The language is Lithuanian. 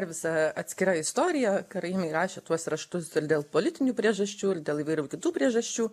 visa atskira istorija karaimai rašė tuos raštus ir dėl politinių priežasčių ir dėl įvairių kitų priežasčių